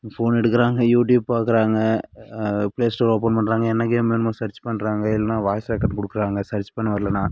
phone எடுக்குறாங்கள் YouTube பார்க்குறாங்க play store open பண்ணுறாங்க என்ன கேம் வேணுமோ செர்ச் பண்ணுறாங்க இல்லைனா வாய்ஸ் ரெக்கார்ட் கொடுக்குறாங்க செர்ச் பண்ண வரலனா